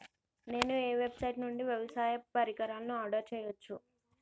నేను ఏ వెబ్సైట్ నుండి వ్యవసాయ పరికరాలను ఆర్డర్ చేయవచ్చు?